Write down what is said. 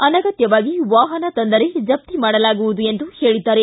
ಅನಗತ್ತವಾಗಿ ವಾಹನ ತಂದರೆ ಜಪ್ತಿ ಮಾಡಲಾಗುವುದು ಎಂದು ಹೇಳಿದ್ದಾರೆ